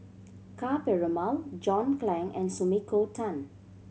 Ka Perumal John Clang and Sumiko Tan